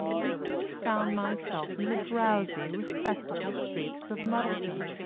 and soon found myself in the drowsy, respectable streets of muddleton.